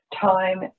time